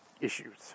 issues